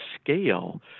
scale